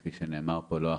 כפי שנאמר פה לא אחת,